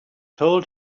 told